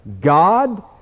God